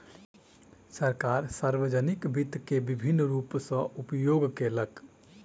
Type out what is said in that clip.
सरकार, सार्वजानिक वित्त के विभिन्न रूप सॅ उपयोग केलक